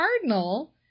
cardinal